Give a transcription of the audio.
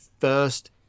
first